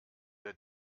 der